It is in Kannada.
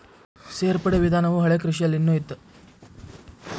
ಸೇರ್ಪಡೆ ವಿಧಾನವು ಹಳೆಕೃಷಿಯಲ್ಲಿನು ಇತ್ತ